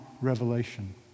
revelation